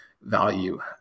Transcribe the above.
value